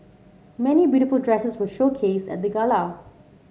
many beautiful dresses were showcased at the gala